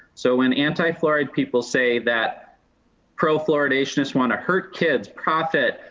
so when anti fluoride people say that pro fluoridation just wanna hurt kids, profit,